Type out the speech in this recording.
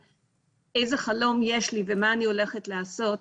איזה חלום יש לי ומה אני הולכת לעשות,